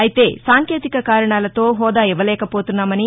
అయితే సాంకేతిక కారణాలతో హెూదా ఇవ్వలేకపోతున్నామని